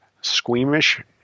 squeamish